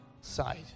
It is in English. side